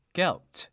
Guilt